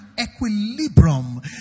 equilibrium